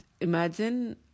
imagine